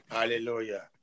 Hallelujah